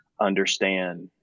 understand